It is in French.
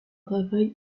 travail